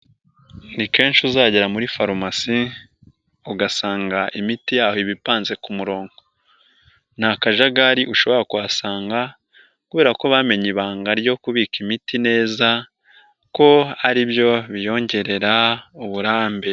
Ni kenshi uzagera muri farumasi ugasanga imiti yaho iba ipanze ku mu nta kajagari ushobora kuhasanga, kubera ko bamenye ibanga ryo kubika imiti neza kuko aribyo biyongerera uburambe.